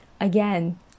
again